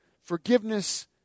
Forgiveness